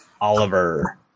Oliver